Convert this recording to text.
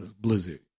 blizzard